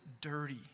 dirty